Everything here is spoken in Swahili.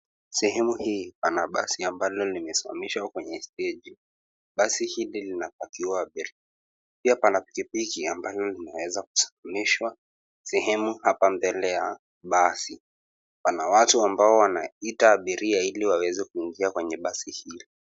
Sehemu hii pana basi ambalo limesimamishwa kwa steji. Basi hili linapakiwa abiria, pia pana pikipiki ambalo limeweza kusimamishwa sehemu hapa mbele ya basi. Pana watu ambao wanaita abiria ili waweze kuingia kwenye basi hili.